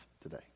today